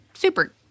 Super